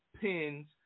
pins